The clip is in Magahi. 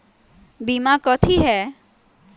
बीमा कथी है?